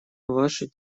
ваши